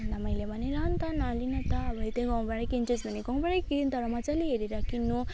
अनि त मैले भनेँ ल न त नलिई न त यतै गाउँबाटै किन्छस् भने गाउँबाटै किन् तर मजाले हेरेर किन्नु